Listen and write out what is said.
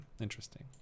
interesting